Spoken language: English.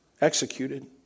executed